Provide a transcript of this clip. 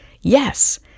Yes